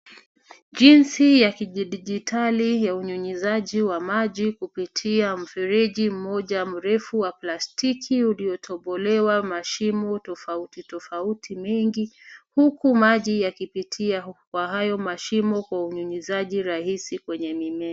Jinsi ya kijidijitali ya unyunyizaji wa maji kupitia mfereji mmoja mrefu wa plastiki uliyotobolewa mashimo tofauti tofauti mengi ,huku maji yakipitia kwa hayo mashimo kwa unyunyizaji rahisi kwenye mimea.